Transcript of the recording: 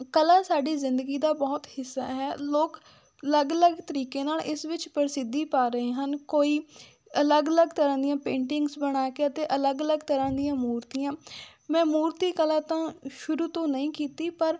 ਕਲਾ ਸਾਡੀ ਜ਼ਿੰਦਗੀ ਦਾ ਬਹੁਤ ਹਿੱਸਾ ਹੈ ਲੋਕ ਅਲੱਗ ਅਲੱਗ ਤਰੀਕੇ ਨਾਲ ਇਸ ਵਿੱਚ ਪ੍ਰਸਿੱਧੀ ਪਾ ਰਹੇ ਹਨ ਕੋਈ ਅਲੱਗ ਅਲੱਗ ਤਰ੍ਹਾਂ ਦੀਆਂ ਪੇਂਟਿੰਗਸ ਬਣਾ ਕੇ ਅਤੇ ਅਲੱਗ ਅਲੱਗ ਤਰ੍ਹਾਂ ਦੀਆਂ ਮੂਰਤੀਆਂ ਮੈਂ ਮੂਰਤੀ ਕਲਾ ਤਾਂ ਸ਼ੁਰੂ ਤੋਂ ਨਹੀਂ ਕੀਤੀ ਪਰ